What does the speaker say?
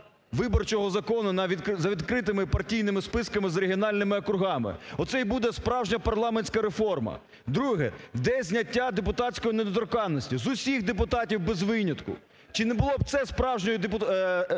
виборчого закону за відкритими партійними списками з регіональними округами. Оце й буде справжня парламентська реформа. Друге. Де зняття депутатської недоторканності з усіх депутатів без винятку? Чи не було б це справжньою парламентською реформою?